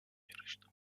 yarıştı